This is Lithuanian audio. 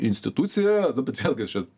institucija na bet vėlgi aš čia